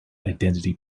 identity